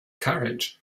courage